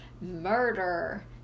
Murder